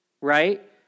right